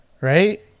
Right